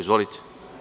Izvolite.